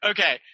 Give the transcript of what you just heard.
Okay